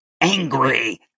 angry